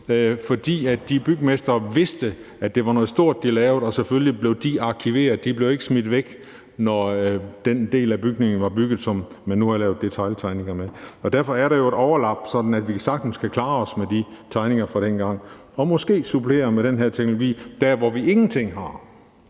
fordi de bygmestre vidste, at det var noget stort, de lavede, og selvfølgelig blev de tegninger arkiveret, de blev ikke smidt væk, når den del af bygningen var bygget, som man nu havde lavet detailtegningerne af. Derfor er der jo et overlap, sådan at vi sagtens kan klare os med de tegninger fra dengang. Og måske supplere med den her teknologi, hvor vi ingenting har.